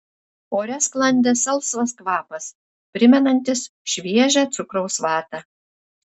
ore sklandė salsvas kvapas primenantis šviežią cukraus vatą